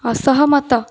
ଅସହମତ